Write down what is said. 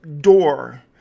door